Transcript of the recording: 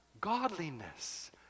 Godliness